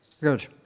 Good